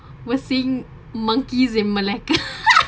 we're seeing monkeys in malacca